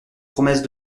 promesse